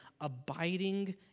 abiding